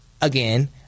again